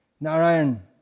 Narayan